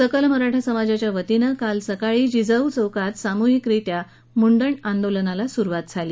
सकल मराठा समाजाच्या वतीनं काल सकाळी जिजाऊ चौकात सामूहिकरित्या मुंडण आंदोलनाला सुरूवात करण्यात आली